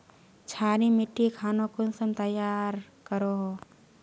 क्षारी मिट्टी खानोक कुंसम तैयार करोहो?